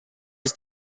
his